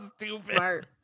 stupid